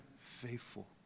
faithful